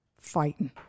fighting